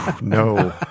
No